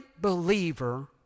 believer